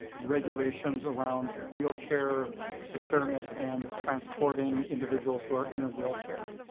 regulations around wheelchair procurement and transporting individuals who are in a wheelchair.